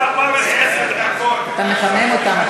מחמם אותם.